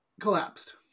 collapsed